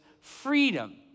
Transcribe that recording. freedom